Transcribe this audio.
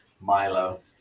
milo